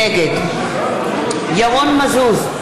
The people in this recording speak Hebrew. נגד ירון מזוז,